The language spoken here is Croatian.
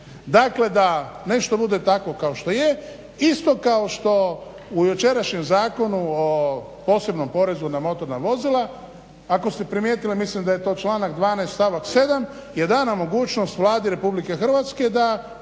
dakle da nešto bude takvo kao što je, isto kao što u jučerašnjem Zakonu o posebnom porezu na motorna vozila ako ste primijetili mislim da je to članak 12. stavak 7. je dana mogućnost Vladi RH da